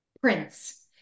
Prince